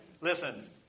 Listen